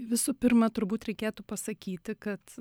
visų pirma turbūt reikėtų pasakyti kad